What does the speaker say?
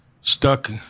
stuck